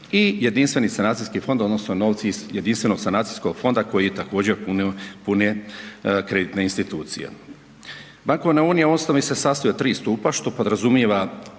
i Jedinstveni sanacijski fond odnosno novci iz Jedinstvenog sanacijskog fonda koji također pune kreditne institucije. Bankovna unija u osnovi se sastoji od tri stupa što podrazumijeva,